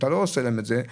אתה לא עושה להם את זה,